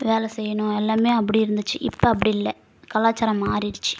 வேலை செய்யணும் எல்லாமே அப்படி இருந்துச்சு இப்போ அப்படி இல்லை கலாச்சாரம் மாறிடுச்சு